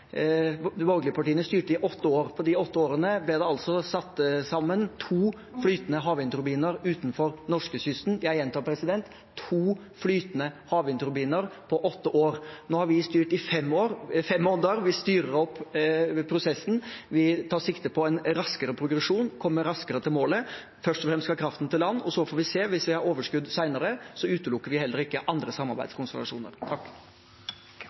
partiene styrte i åtte år. På de åtte årene ble det altså satt sammen to flytende havvindturbiner utenfor norskekysten – jeg gjentar: to flytende havvindturbiner på åtte år. Nå har vi styrt i fem måneder, vi styrer opp prosessen, vi tar sikte på en raskere progresjon, å komme raskere til målet. Først og fremst skal kraften til land, og så får vi se. Hvis vi har overskudd senere, utelukker vi heller ikke andre